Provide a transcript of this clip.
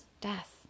death